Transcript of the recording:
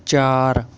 ਚਾਰ